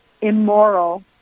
immoral